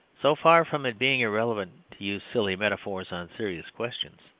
so far from it being irreverent to use silly metaphors on serious questions,